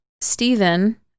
Stephen